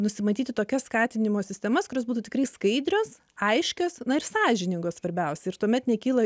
nusimatyti tokias skatinimo sistemas kurios būtų tikrai skaidrios aiškios na ir sąžiningos svarbiausia ir tuomet nekyla